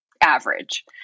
average